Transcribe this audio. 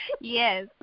Yes